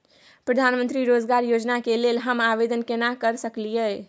प्रधानमंत्री रोजगार योजना के लेल हम आवेदन केना कर सकलियै?